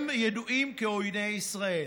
הם ידועים כעויני ישראל.